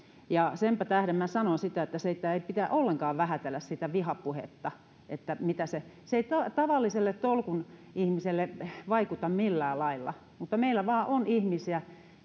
senpä tähden minä sanon sen että ei pidä ollenkaan vähätellä vihapuhetta se se ei tavalliseen tolkun ihmiseen vaikuta millään lailla mutta meillä vain on ihmisiä